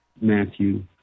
Matthew